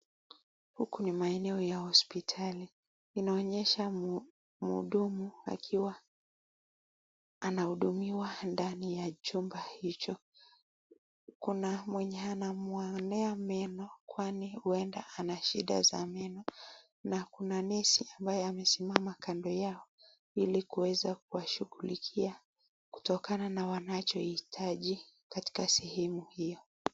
Huku ni maeneo ya hospitali. Inaonyesha mhudumu akiwa anahudumiwa ndani ya chumba hicho. Kuna mwenye anamuonea meno kwani huenda ana shida za meno na kuna nesi ambaye amesimama kando yao ili kuweza kuwashughulikia kutokana na wanacho hitaji katika sehemu hiyo.